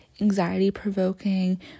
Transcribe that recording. anxiety-provoking